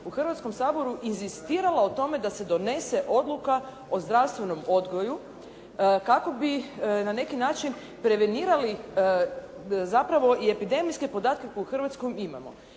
u Hrvatskom saboru inzistirala o tome da se donese odluka o zdravstvenom odgoju kako bi na neki način prevenirali zapravo i epidemijske podatke koje u Hrvatskoj imamo.